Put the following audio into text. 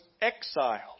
exiled